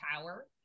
power